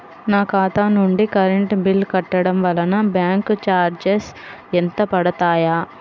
నా ఖాతా నుండి కరెంట్ బిల్ కట్టడం వలన బ్యాంకు చార్జెస్ ఎంత పడతాయా?